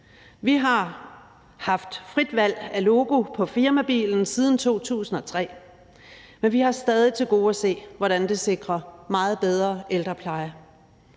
Vi har haft frit valg af logo på firmabilen siden 2003, men vi har stadig til gode at se, hvordan det sikrer meget bedre ældrepleje.